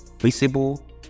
visible